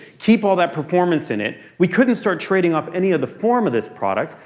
keep all that performance in it, we couldn't start trading off any of the form of this product.